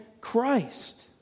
Christ